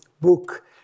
book